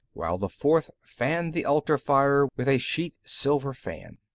while the fourth fanned the altar fire with a sheet-silver fan.